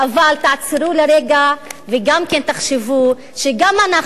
אבל תעצרו לרגע וגם כן תחשבו שגם אנחנו,